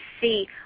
see